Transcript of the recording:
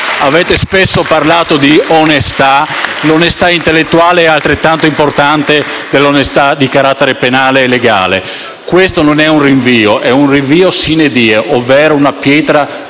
Avete spesso parlato di onestà, ma l'onestà intellettuale è altrettanto importante di quella di carattere penale e legale. Questo non è un semplice rinvio, ma un rinvio *sine die,* ovvero una pietra